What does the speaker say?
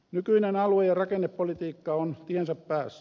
nykyinen alue ja rakennepolitiikka on tiensä päässä